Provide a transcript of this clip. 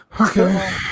Okay